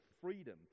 freedom